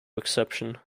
exception